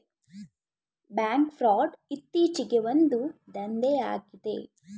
bank fraud ಇತ್ತೀಚೆಗೆ ಒಂದು ದಂಧೆಯಾಗಿದೆ